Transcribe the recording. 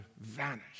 vanish